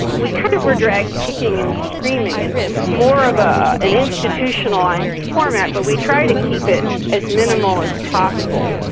we kind of were dragged kicking and screaming into more of ah an institutionalised format, but we try to keep it as minimal as possible.